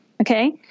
Okay